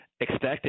expected